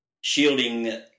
shielding